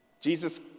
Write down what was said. Jesus